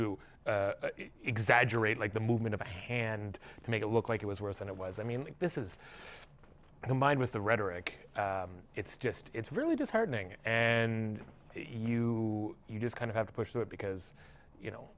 to exaggerate like the movement of a hand to make it look like it was worse than it was i mean this is the mind with the rhetoric it's just it's really disheartening and you you just kind of have to push through it because you know